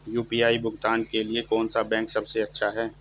UPI भुगतान के लिए कौन सा बैंक सबसे अच्छा है?